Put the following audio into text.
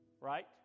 right